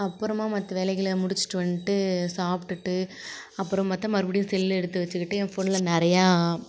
அப்புறமா மற்ற வேலைகளை முடிச்சுட்டு வந்துட்டு சாப்டுவிட்டு அப்புறம் பார்த்தா மறுபடியும் செல்லை எடுத்து வச்சுக்கிட்டு ஏன் ஃபோனில் நிறையா